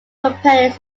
companies